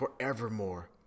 forevermore